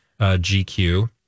gq